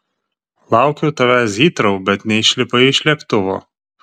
laukiau tavęs hitrou bet neišlipai iš lėktuvo